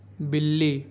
بلی